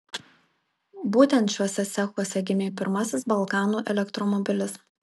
būtent šiuose cechuose gimė pirmasis balkanų elektromobilis